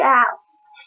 out